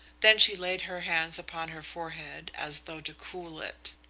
then she laid her hands upon her forehead as though to cool it.